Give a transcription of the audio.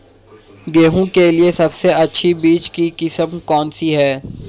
गेहूँ के लिए सबसे अच्छी बीज की किस्म कौनसी है?